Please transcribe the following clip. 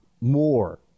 more